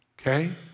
okay